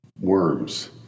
worms